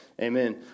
Amen